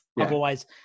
Otherwise